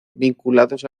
vinculados